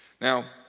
Now